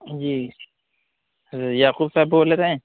جی یعقوب صاحب بول رہے ہیں